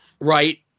Right